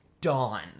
dawn